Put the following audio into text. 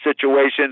situations